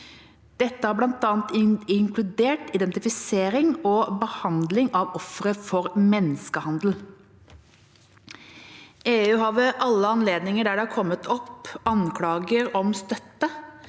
Dette har bl.a. inkludert identifisering og behandling av ofre for menneskehandel. EU har ved alle anledninger der det har kommet opp anklager om støtte